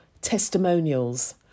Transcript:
testimonials